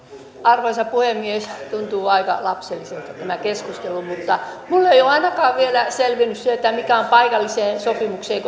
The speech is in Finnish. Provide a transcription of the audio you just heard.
arvoisa puhemies tuntuu aika lapselliselta tämä keskustelu mutta minulle ei ole ainakaan vielä selvinnyt se mitä on paikalliseen sopimukseen